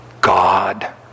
God